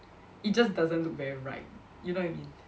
it just doesn't look very right you know what I mean